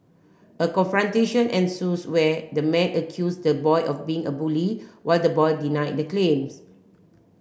a confrontation ensues where the man accused the boy of being a bully while the boy denied the claims